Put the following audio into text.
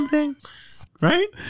Right